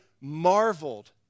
marveled